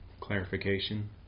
clarification